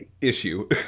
issue